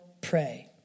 pray